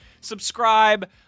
subscribe